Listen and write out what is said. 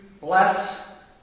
bless